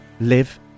live